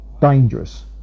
dangerous